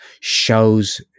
shows